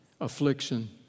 affliction